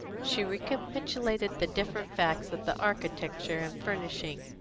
she recapitulated the different facts of the architecture and furnishing,